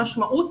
המשמעות,